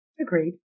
Agreed